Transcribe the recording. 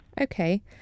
Okay